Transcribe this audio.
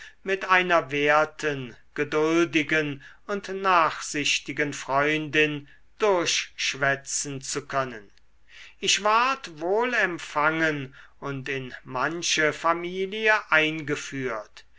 mit einer werten geduldigen und nachsichtigen freundin durchschwätzen zu können ich ward wohl empfangen und in manche familie eingeführt